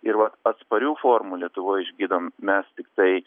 ir vat atsparių formų lietuvoj išgydom mes tiktai